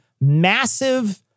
massive